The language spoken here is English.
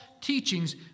teachings